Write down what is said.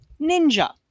ninja